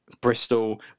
Bristol